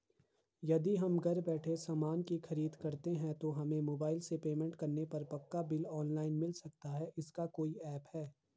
यदि हम घर बैठे सामान की खरीद करते हैं तो हमें मोबाइल से पेमेंट करने पर पक्का बिल ऑनलाइन मिल सकता है इसका कोई ऐप है